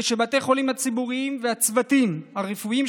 שבתי החולים הציבוריים והצוותים הרפואיים,